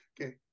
Okay